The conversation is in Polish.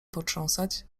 potrząsać